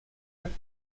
are